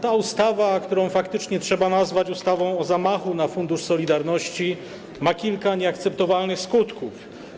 Ta ustawa, którą faktycznie trzeba nazwać ustawą o zamachu na fundusz solidarności, ma kilka nieakceptowalnych skutków.